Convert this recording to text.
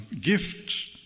gift